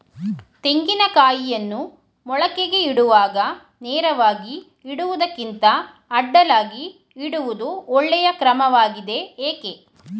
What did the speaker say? ತೆಂಗಿನ ಕಾಯಿಯನ್ನು ಮೊಳಕೆಗೆ ಇಡುವಾಗ ನೇರವಾಗಿ ಇಡುವುದಕ್ಕಿಂತ ಅಡ್ಡಲಾಗಿ ಇಡುವುದು ಒಳ್ಳೆಯ ಕ್ರಮವಾಗಿದೆ ಏಕೆ?